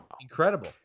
incredible